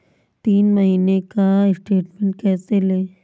तीन महीने का स्टेटमेंट कैसे लें?